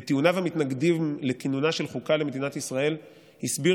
בטיעוניו המתנגדים לכינונה של חוקה למדינת ישראל הסביר